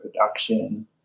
production